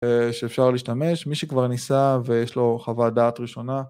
שאפשר להשתמש, מי שכבר ניסה ויש לו חוות דעת ראשונה.